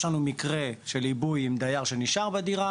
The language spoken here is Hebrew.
יש מקרה של עיבוי עם דייר שנשאר בדירה